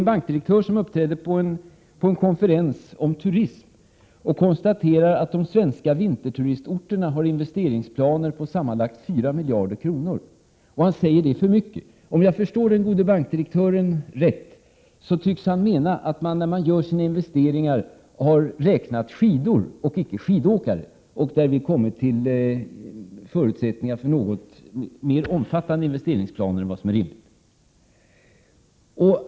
En bankdirektör uppträdde på en konferens om turism och konstaterade att de svenska vinterturistorterna har investeringsplaner på sammanlagt 4 miljarder kronor. Han tyckte att det var för mycket. Om jag förstod den gode bankdirektören rätt tycks han mena att man, när man gör sina investeringar, har räknat skidor och inte skidåkare och därvid kommit fram till att det finns förutsättningar för något mer omfattande investeringsplaner än vad som är rimligt.